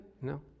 No